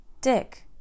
Dick